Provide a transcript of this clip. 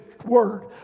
word